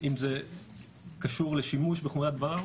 האם זה קשור לשימוש בחומרי הדברה,